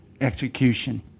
execution